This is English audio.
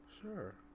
Sure